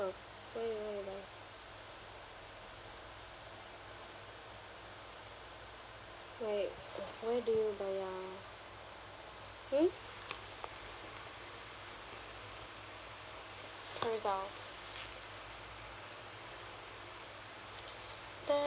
from where do you want to buy like uh where do you buy ya hmm carousell